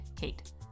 Kate